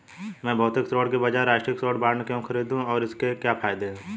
मैं भौतिक स्वर्ण के बजाय राष्ट्रिक स्वर्ण बॉन्ड क्यों खरीदूं और इसके क्या फायदे हैं?